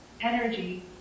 energy